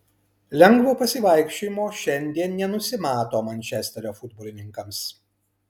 lengvo pasivaikščiojimo šiandien nenusimato mančesterio futbolininkams